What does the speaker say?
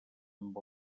amb